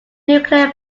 nuclear